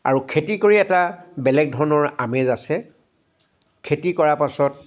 আৰু খেতি কৰি এটা বেলেগ ধৰণৰ আমেজ আছে খেতি কৰা পাছত